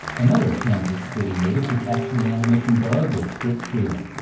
another ah kansas city native to catch the animation bug was friz freleng.